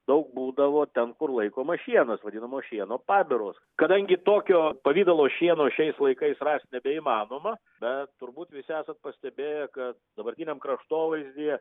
daug būdavo ten kur laikomas šienas vadinamos šieno pabiros kadangi tokio pavidalo šieno šiais laikais rast nebeįmanoma bet turbūt visi esat pastebėję kad dabartiniam kraštovaizdyje